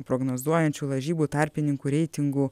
prognozuojančių lažybų tarpininkų reitingų